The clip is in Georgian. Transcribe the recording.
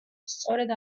სწორედ